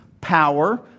Power